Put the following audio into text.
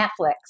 Netflix